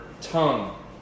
tongue